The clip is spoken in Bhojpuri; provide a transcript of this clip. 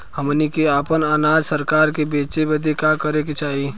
हमनी के आपन अनाज सरकार के बेचे बदे का करे के चाही?